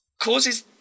causes